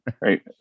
Right